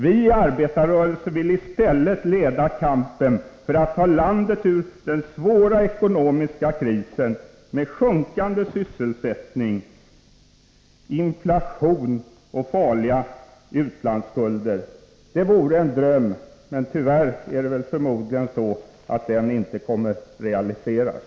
Vi i arbetarrörelsen vill i stället leda kampen för att ta landet ur den svåra ekonomiska krisen, med sjunkande sysselsättning, inflation och farliga utlandsskulder.” Det vore en dröm — men tyvärr kommer den förmodligen inte att realiseras.